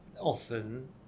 Often